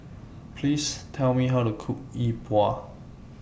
Please Tell Me How to Cook Yi Bua